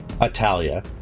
italia